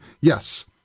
Yes